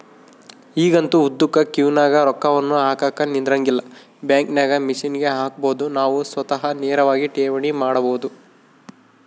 ಈಗಂತೂ ಉದ್ದುಕ ಕ್ಯೂನಗ ರೊಕ್ಕವನ್ನು ಹಾಕಕ ನಿಂದ್ರಂಗಿಲ್ಲ, ಬ್ಯಾಂಕಿನಾಗ ಮಿಷನ್ಗೆ ಹಾಕಬೊದು ನಾವು ಸ್ವತಃ ನೇರವಾಗಿ ಠೇವಣಿ ಮಾಡಬೊದು